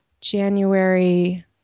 January